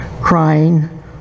crying